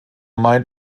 meint